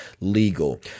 legal